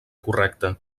correcte